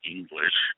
English